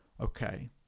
Okay